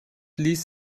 ließ